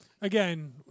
Again